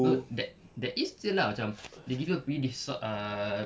no that that is still lah macam they give you pre-default uh